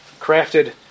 crafted